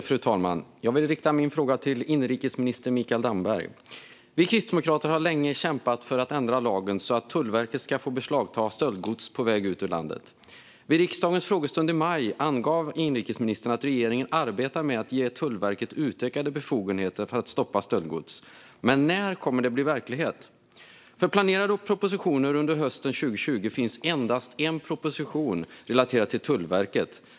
Fru talman! Jag vill rikta min fråga till inrikesminister Mikael Damberg. Vi kristdemokrater har länge kämpat för att ändra lagen så att Tullverket ska få beslagta stöldgods på väg ut ur landet. Vid riksdagens frågestund i maj angav inrikesministern att regeringen arbetade med att ge Tullverket utökade befogenheter att stoppa stöldgods. När kommer detta att bli verklighet? Bland planerade propositioner under hösten 2020 finns endast en proposition relaterad till Tullverket.